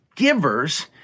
givers